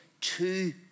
two